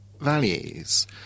values